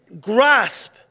grasp